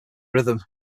rhythm